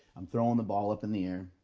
i'm throwing the ball up in the air.